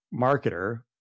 marketer